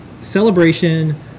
celebration